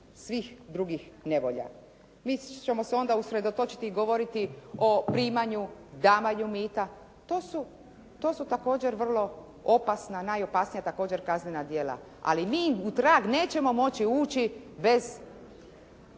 svih drugih nevolja. Mi ćemo se onda usredotočiti i govoriti o primanju, davanju mita, to su također vrlo opasna, najopasnija također kaznena djela, ali mi im u trag nećemo moći ući bez